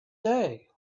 day